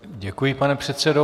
Děkuji, pane předsedo.